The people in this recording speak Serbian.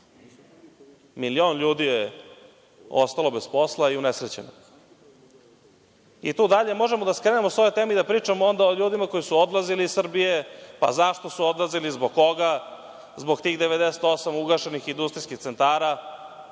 Milion ljudi je ostalo bez posla i unesrećeno. Tu dalje možemo da skrenemo sa ove teme i da pričamo onda o ljudima koji su odlazili iz Srbije, pa zašto su odlazili, zbog koga. Zbog tih 98 ugašenih industrijskih centara,